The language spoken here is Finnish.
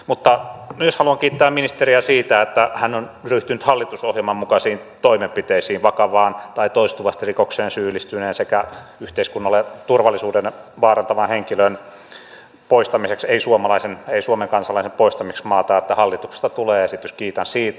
mutta haluan kiittää ministeriä myös siitä että hän on ryhtynyt hallitusohjelman mukaisiin toimenpiteisiin vakavaan tai toistuvasti rikokseen syyllistyneen sekä yhteiskunnalle turvallisuuden vaarantavan henkilön ei suomalaisen ei suomen kansalaisen poistamiseksi maasta että hallitukselta tulee esitys kiitän siitä